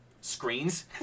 screens